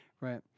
Right